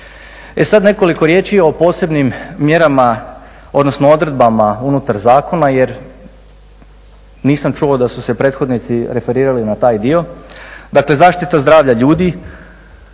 E sad nekoliko riječi i o posebnim mjerama odnosno odredbama unutar zakona jer nisam čuo da su se prethodnici referirali na taj dio. Dakle, zaštita zdravlja ljudi,